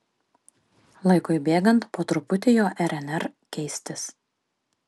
laikui bėgant po truputį jo rnr keistis